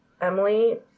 Emily